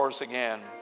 again